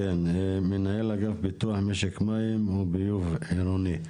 מנהל אגף פיתוח ומשק מים וביוב עירוני.